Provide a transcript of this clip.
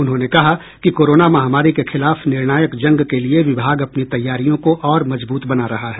उन्होंने कहा कि कोरोना महामारी के खिलाफ निर्णायक जंग के लिए विभाग अपनी तैयारियों को और मजबूत बना रहा है